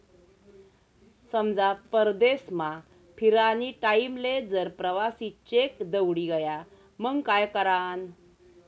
समजा परदेसमा फिरानी टाईमले जर प्रवासी चेक दवडी गया मंग काय करानं?